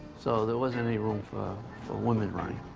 so there wasn't any room for um for women running.